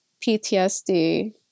PTSD